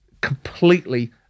completely